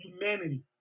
humanity